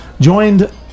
joined